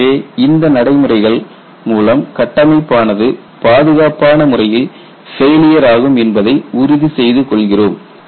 எனவே இந்த நடைமுறைகள் மூலம் கட்டமைப்பு ஆனது பாதுகாப்பான முறையில் ஃபெயிலியர் ஆகும் என்பதை உறுதி செய்து கொள்கிறோம்